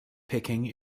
picking